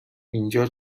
اینجا